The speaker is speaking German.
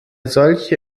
solche